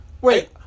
Wait